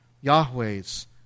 Yahweh's